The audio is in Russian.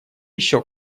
еще